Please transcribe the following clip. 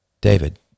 David